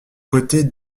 côtés